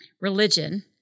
religion